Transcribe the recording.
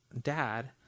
Dad